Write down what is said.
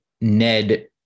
Ned